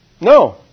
No